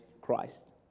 Christ